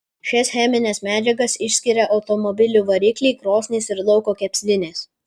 šias chemines medžiagas išskiria automobilių varikliai krosnys ir lauko kepsninės